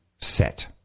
set